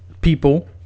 people